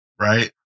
Right